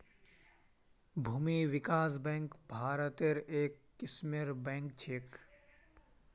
भूमि विकास बैंक भारत्त एक किस्मेर बैंक छेक